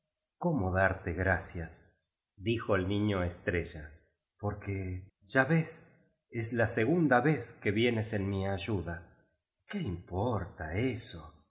cómo darte gracias dijo el niño estrella porque ya ves es la segunda vez que vienes en mi ayuda qué importa eso